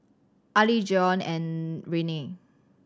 Arlie Zion and Renae